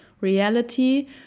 reality